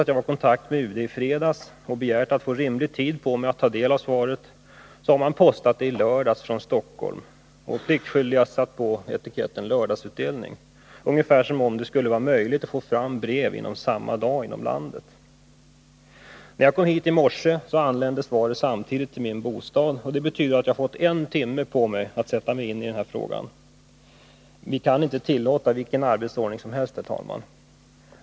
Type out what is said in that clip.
Jag var i kontakt med UD i fredags och begärde att få rimlig tid på mig för att ta del av svaret, men man postade det ändå från Stockholm först i lördags — pliktskyldigast med etiketten Lördagsutdelning, som om det vore möjligt att få fram brev inom landet på en och samma dag. Samtidigt med att jag kom hit till riksdagen i morse anlände svaret till min bostad, och det betyder att jag har fått en timme på mig för att gå igenom det. Vi kan inte tillåta vilken arbetsordning som helst, herr talman.